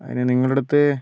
അതിന് നിങ്ങളുടെ അടുത്ത്